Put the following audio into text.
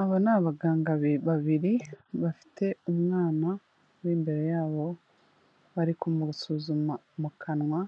Aba ni abaganga babiri bafite umwana w'imbere yabo bari kumusuzuma mu kanwa,